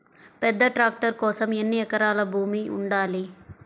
పెద్ద ట్రాక్టర్ కోసం ఎన్ని ఎకరాల భూమి ఉండాలి?